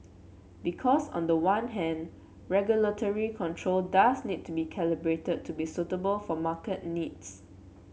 because on the one hand regulatory control does need to be calibrated to be suitable for market needs